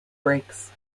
brakes